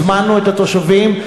הזמנו את התושבים,